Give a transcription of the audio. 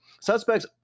Suspects